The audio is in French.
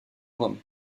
rome